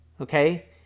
okay